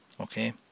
okay